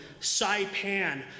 Saipan